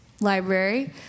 library